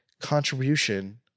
contribution